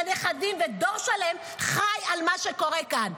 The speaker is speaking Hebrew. הנכדים ודור שלם חי על מה שקורה כאן.